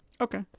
Okay